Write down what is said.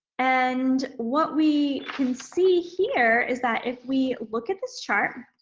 and, what we can see here is that if we look at this chart,